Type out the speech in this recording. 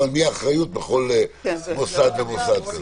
ועל מי האחריות בכל מוסד ומוסד כזה.